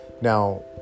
Now